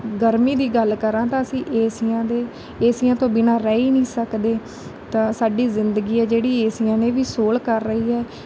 ਗਰਮੀ ਦੀ ਗੱਲ ਕਰਾਂ ਤਾਂ ਅਸੀਂ ਏਸੀਆਂ ਦੇ ਏਸੀਆਂ ਤੋਂ ਬਿਨਾਂ ਰਹਿ ਹੀ ਨਹੀਂ ਸਕਦੇ ਤਾਂ ਸਾਡੀ ਜ਼ਿੰਦਗੀ ਹੈ ਜਿਹੜੀ ਏਸੀਆਂ ਨੇ ਵੀ ਸੋਹਲ ਕਰ ਰਹੀ ਹੈ